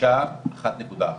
אישה היתה מקבלת אחת נקודה אחת.